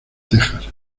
texas